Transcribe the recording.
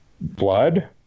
blood